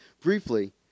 briefly